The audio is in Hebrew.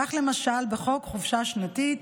כך למשל בחוק חופשה שנתית,